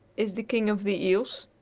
is the king of the eels.